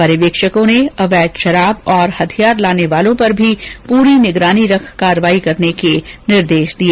पर्यवेक्षकों ने अवैध शराब और हथियार लाने वालों पर भी पूरी निगरानी रख कर कार्रवाई करने के निर्देश दिए